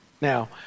Now